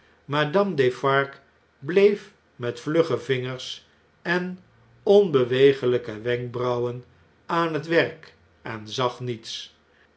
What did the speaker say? madame defarge bleef met vlugge vingers en onbeweeglpe wenkbrauwen aan het werk en zag niets